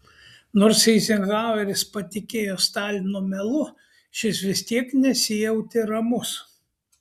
nors eizenhaueris patikėjo stalino melu šis vis tiek nesijautė ramus